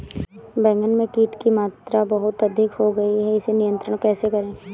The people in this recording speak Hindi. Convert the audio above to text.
बैगन में कीट की मात्रा बहुत अधिक हो गई है इसे नियंत्रण कैसे करें?